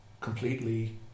completely